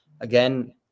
Again